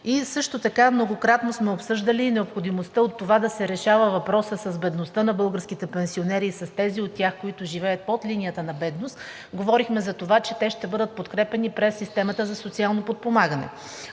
Също така многократно сме обсъждали и необходимостта от това да се решава въпросът с бедността на българските пенсионери и с тези от тях, които живеят под линията на бедност. Говорихме за това, че те ще бъдат подкрепяни през системата за социално подпомагане.